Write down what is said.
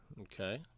okay